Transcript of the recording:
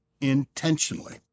intentionally